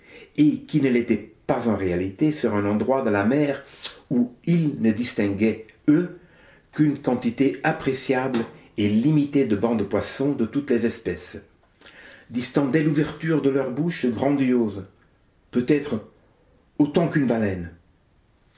et qui ne l'était pas en réalité sur un endroit de la mer où ils ne distinguaient eux qu'une quantité appréciable et limitée de bancs de poissons de toutes les espèces distendaient l'ouverture de leur bouche grandiose peut-être autant qu'une baleine